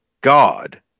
God